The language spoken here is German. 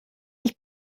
ich